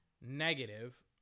negative